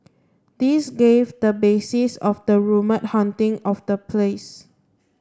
this gave the basis of the rumour haunting of the place